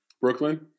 Brooklyn